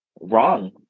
wrong